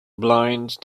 blind